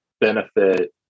benefit